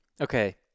okay